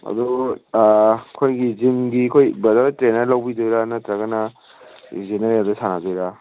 ꯑꯗꯨ ꯑꯩꯈꯣꯏꯒꯤ ꯖꯤꯝꯒꯤ ꯑꯩꯈꯣꯏ ꯕ꯭ꯔꯗꯔ ꯍꯣꯏ ꯇ꯭ꯔꯦꯟꯅꯔ ꯂꯧꯕꯤꯗꯣꯏꯔꯥ ꯅꯠꯇ꯭ꯔꯒꯅ ꯖꯦꯅꯔꯦꯜꯗ ꯁꯥꯟꯅꯗꯣꯏꯔꯥ